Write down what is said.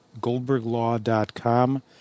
goldberglaw.com